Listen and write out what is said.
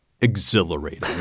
Exhilarating